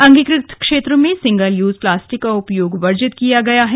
अंगीकृत क्षेत्र में सिगल यूज प्लास्टिक का उपयोग वर्जित किया गया है